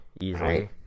easily